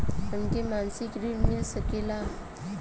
हमके मासिक ऋण मिल सकेला?